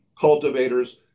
cultivators